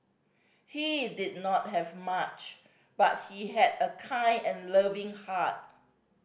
he did not have much but he had a kind and loving heart